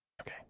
okay